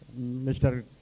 Mr